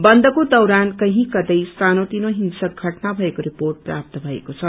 बन्दको दौरान कहि कतै सानो तिनो हिंस्क घटना भएको रिर्पोट प्रात्त भएको छ